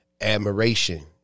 admiration